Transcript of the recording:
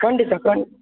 ಖಂಡಿತ ಕಂಡ್